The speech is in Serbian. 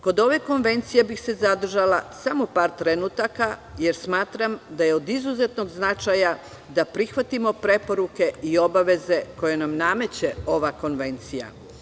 Kod ove konvencije bih se zadržala samo par trenutaka, jer smatram da je od izuzetnog značaja da prihvatimo preporuke i obaveze koje nam nameće ova konvencija.